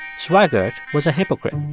swaggart was a hypocrite.